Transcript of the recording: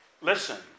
Listen